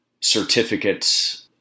certificates